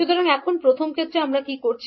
সুতরাং এখন প্রথম ক্ষেত্রে আমরা কি করছি